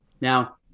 Now